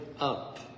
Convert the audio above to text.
up